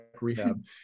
rehab